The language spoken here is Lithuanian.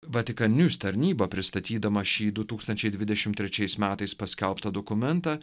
vatikan nius tarnyba pristatydama šį du tūkstančiai dvidešim trečiais metais paskelbtą dokumentą